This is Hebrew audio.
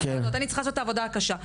אני צריכה לעשות את העבודה הקשה.